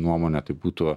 nuomone tai būtų